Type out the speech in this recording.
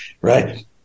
Right